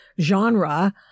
genre